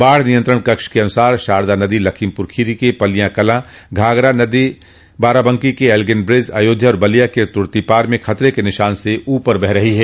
बाढ़ नियंत्रण कक्ष के अनुसार शारदा नदी लखीमपुर खीरी के पलियाकलां घाघरा नदी बाराबंकी के एल्गिंग ब्रिज अयोध्या और बलिया के तुर्तीपार में खतरे के निशान से ऊपर बह रही है